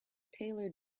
taylor